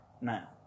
now